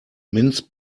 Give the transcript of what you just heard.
mince